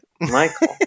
Michael